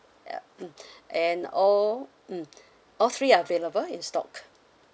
ya mm and all mm all three are available in stock